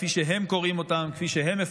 כפי שהם קוראים אותם,